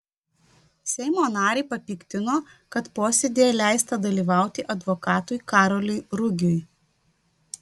seimo narį papiktino kad posėdyje leista dalyvauti advokatui karoliui rugiui